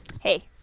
hey